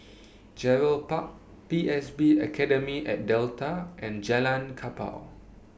Gerald Park P S B Academy At Delta and Jalan Kapal